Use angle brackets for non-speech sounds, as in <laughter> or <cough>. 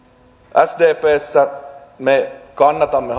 sdpssä me kannatamme <unintelligible>